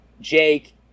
Jake